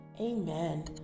amen